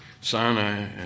sinai